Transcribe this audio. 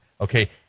okay